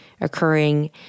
occurring